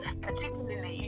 particularly